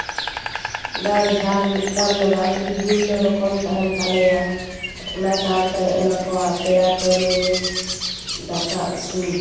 ᱰᱟᱹᱞ ᱡᱷᱟᱞ ᱢᱤᱫᱴᱟᱱ ᱫᱚ ᱵᱟᱝ ᱵᱤᱵᱷᱤᱱᱱᱚ ᱨᱚᱠᱚᱢ ᱛᱟᱦᱮᱱ ᱛᱟᱞᱮᱭᱟ ᱚᱱᱟ ᱥᱟᱶᱛᱮᱞᱮ ᱮᱢᱟ ᱠᱚᱣᱟ ᱯᱮᱲᱟ ᱯᱟᱹᱨᱣᱟᱹ ᱫᱟᱠᱟ ᱩᱛᱩ